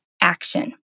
action